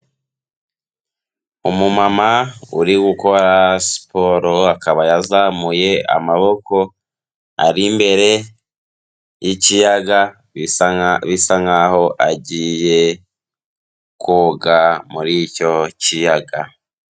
Umumama uri gukora siporo akaba yazamuye amaboko, ari imbere y'ikiyaga bisa nkaho agiye koga muri icyo kiyaga.